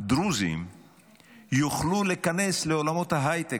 דרוזים יוכלו להיכנס לעולמות ההייטק,